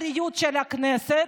הרווחה והבריאות של הכנסת,